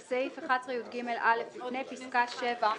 "בסעיף 11יג(א), לפני פסקה (7)